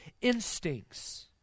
instincts